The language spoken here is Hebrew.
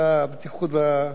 חלק מהם אנחנו מכירים,